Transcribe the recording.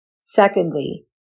Secondly